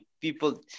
people